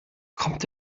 kommt